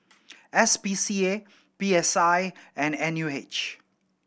S P C A P S I and N U H